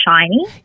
shiny